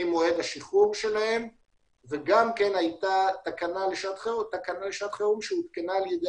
מועד השחרור שלהם והייתה גם תקנה לשעת חירום שהותקנה על ידי